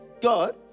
God